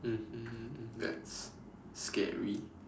mmhmm that's scary